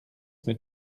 mit